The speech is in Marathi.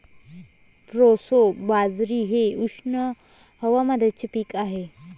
प्रोसो बाजरी हे उष्ण हवामानाचे पीक आहे